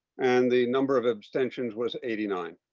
and the number of abstentions was eighty nine.